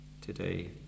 today